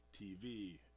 TV